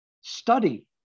Study